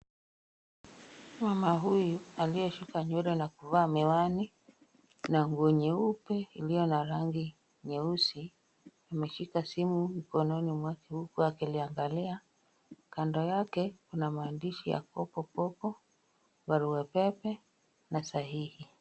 Mama huyu aliyeshika nywele na kuvaa miwani na nguo nyeupe iliyo na rangi nyeusi, ameshika simu mkononi mwake huku akiliangalia, kando yake kuna maandishi ya kopokopo, barua pepe na sahihi.